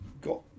got